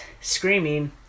screaming